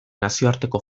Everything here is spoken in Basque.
nazioarteko